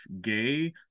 gay